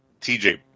TJ